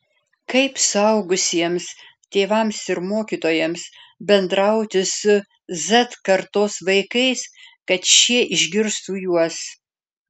kaip suaugusiems tėvams ir mokytojams bendrauti su z kartos vaikais kad šie išgirstų juos